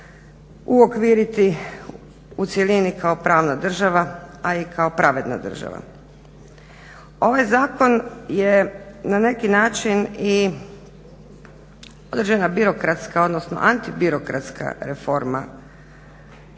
uokviriti u cjelini kao pravna država, a i kao pravedna država. Ovaj zakon je na neki način i određena birokratska, odnosno antibirokratska reforma